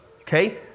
okay